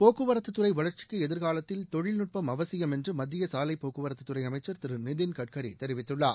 போக்குவரத்து துறை வளர்ச்சிக்கு எதிர்காலத்தில் தொழில்நுட்பம் அவசியம் என்று மத்திய சாலை போக்குவரத்து துறை அமைச்சர் திரு நிதின்கட்கரி தெரிவித்துள்ளார்